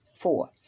Four